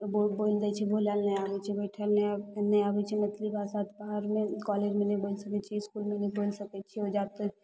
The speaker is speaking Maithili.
लोक बोलि दै छै बोलैले नहि आबै छै बैठैले नहि आबै छै मतलब मैथिली भाषा बाहरमे कॉलेजमे नहि बोलि सकै छी इसकुलमे नहि बोलि सकै छी ओहिजाँ तऽ